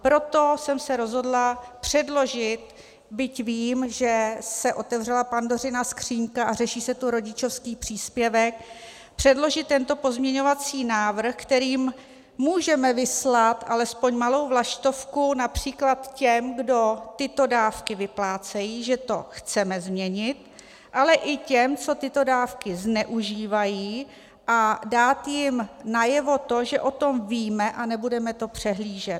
Proto jsem se rozhodla předložit, byť vím, že se otevřela Pandořina skříňka a řeší se tu rodičovský příspěvek, předložit tento pozměňovací návrh, kterým můžeme vyslat alespoň malou vlaštovku například těm, kdo tyto dávky vyplácejí, že to chceme změnit, ale i těm, co tyto dávky zneužívají, a dát jim najevo to, že o tom víme a nebudeme to přehlížet.